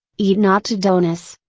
eat not to dullness.